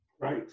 Right